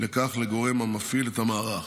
לכך לגורם המפעיל את המערך,